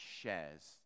shares